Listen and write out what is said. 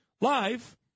live